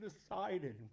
decided